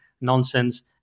nonsense